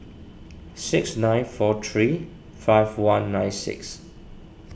six nine four three five one nine six